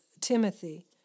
timothy